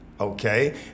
okay